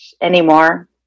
anymore